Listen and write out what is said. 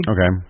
Okay